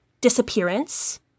disappearance